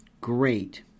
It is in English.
great